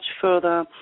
further